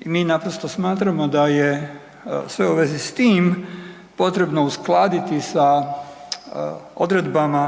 i mi naprosto smatramo da je sve u vezi s tim potrebno uskladiti sa odredbama,